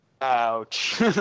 Ouch